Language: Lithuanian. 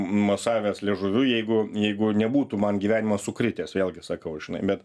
mosavęs liežuviu jeigu jeigu nebūtų man gyvenimas sukritęs vėlgi sakau žinai bet